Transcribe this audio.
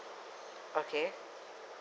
okay